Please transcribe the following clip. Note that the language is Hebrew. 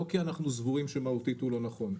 לא כי אנחנו סבורים שמהותית הוא לא נכון.